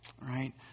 Right